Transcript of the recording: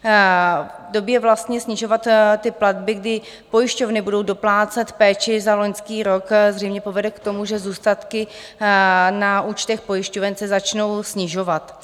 V době vlastně snižovat ty platby, kdy pojišťovny budou doplácet péči za loňský rok, zřejmě povede k tomu, že zůstatky na účtech pojišťoven se začnou snižovat.